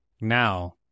Now